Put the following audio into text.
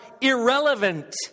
irrelevant